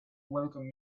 welcome